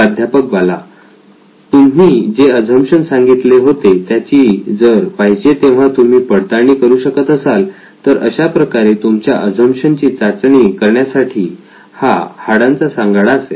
प्राध्यापक बाला तुम्ही जे अझम्पशन सांगितले होते त्याची जर पाहिजे तेव्हा तुम्ही पडताळणी करू शकत असाल तर अशाप्रकारे तुमच्या अझम्पशन ची चाचणी करण्यासाठी हा हाडांचा सांगाडा असेल